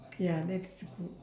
ya that's good